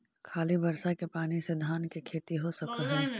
खाली बर्षा के पानी से धान के खेती हो सक हइ?